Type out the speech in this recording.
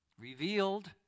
Revealed